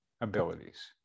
abilities